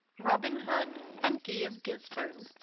robin hood and guy of gisborne